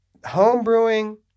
homebrewing